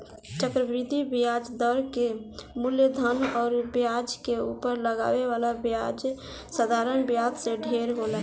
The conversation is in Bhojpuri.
चक्रवृद्धि ब्याज दर के मूलधन अउर ब्याज के उपर लागे वाला ब्याज साधारण ब्याज से ढेर होला